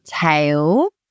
tail